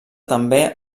també